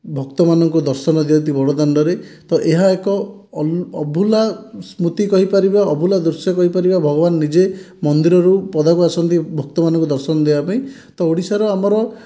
ଭକ୍ତମାନଙ୍କୁ ଦର୍ଶନ ଦିଅନ୍ତି ବଡ଼ଦାଣ୍ଡରେ ତ ଏହା ଏକ ଅଭୁଲା ସ୍ମୃତି କହିପାରିବା ଅଭୁଲା ଦୃଶ୍ୟ କହିପାରିବା ଭଗବାନ ନିଜେ ମନ୍ଦିରରୁ ପଦାକୁ ଆସନ୍ତି ଭକ୍ତମାନଙ୍କୁ ଦର୍ଶନ ଦେବା ପାଇଁ ତ ଓଡ଼ିଶାର ଆମର